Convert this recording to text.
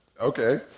Okay